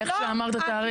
על איך שאמרת את התהליך.